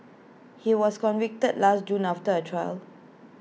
he was convicted last June after A trial